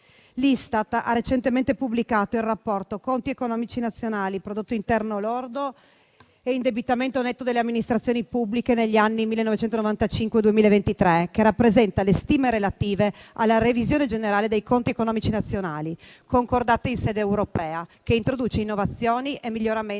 L'Istat ha recentemente pubblicato il rapporto «Conti economici nazionali Prodotto interno lordo e indebitamento netto delle amministrazioni pubbliche» negli anni 1995-2023, che rappresenta le stime relative alla revisione generale dei conti economici nazionali, concordate in sede europea, che introduce innovazioni e miglioramenti